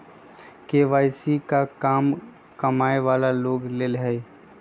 KYC का कम कमाये वाला लोग के लेल है?